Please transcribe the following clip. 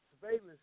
surveillance